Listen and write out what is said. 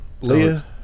leah